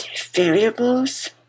variables